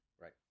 Right